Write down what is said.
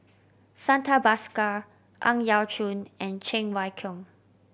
Santha Bhaskar Ang Yau Choon and Cheng Wai Keung